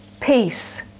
peace